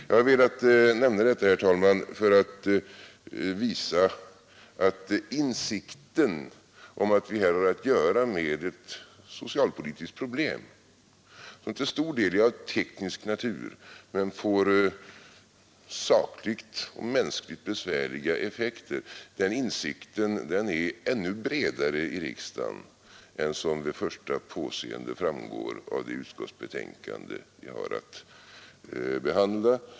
Jag har, herr talman, velat nämna detta för att visa att insikten om att vi här har att göra med ett socialpolitiskt problem som till stor del är av teknisk natur men får sakligt och mänskligt besvärliga effekter, den insikten är ännu klarare i riksdagen än som vid första påseendet framgår av det utskottsbetänkande vi har att behandla.